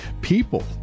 people